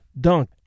dunk